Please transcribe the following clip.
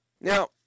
Now